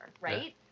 right